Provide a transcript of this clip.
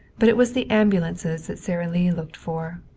but it was the ambulances that sara lee looked for.